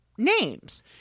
Names